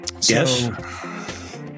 Yes